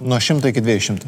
nuo šimto iki dviejų šimtų